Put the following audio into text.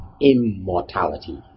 immortality